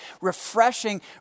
refreshing